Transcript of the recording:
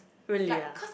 really ah